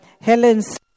Helen's